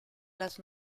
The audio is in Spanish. las